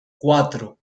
cuatro